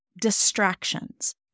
distractions